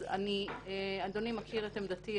אז אדוני מכיר את עמדתי.